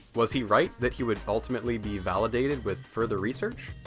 was he right, that he would ultimately be validated with further research?